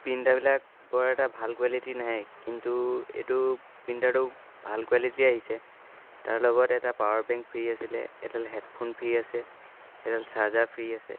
প্ৰিণ্টাৰবিলাক বৰ এটা ভাল কোৱালিটিৰ নাহে কিন্তু এইটো প্ৰিণ্টাৰটো ভাল কোৱালিটিৰ আহিছে তাৰ লগত এটা পাৱাৰ বেংক ফ্ৰী আছিলে এটা হেডফোন ফ্ৰী আছে এডাল চাৰ্জাৰ ফ্ৰী আছে